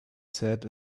said